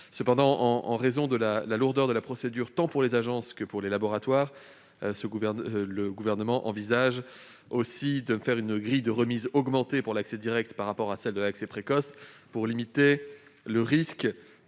Toutefois, en raison de la lourdeur de la procédure tant pour les agences que pour les laboratoires, le Gouvernement envisage de mettre en place une grille de remise augmentée pour l'accès direct par rapport à celle de l'accès précoce, et ce afin